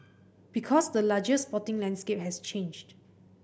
because the larger sporting landscape has changed